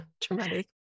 traumatic